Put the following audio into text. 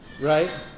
Right